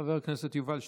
חבר הכנסת יובל שטייניץ,